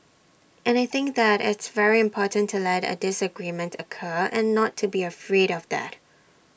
and I think that it's very important to let A disagreement occur and not to be afraid of that